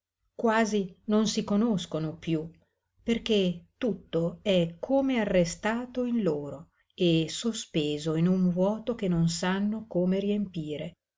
quasi non si conoscono piú perché tutto è come arrestato in loro e sospeso in un vuoto che non sanno come riempire